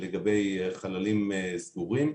לגבי חללים סגורים,